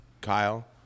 Kyle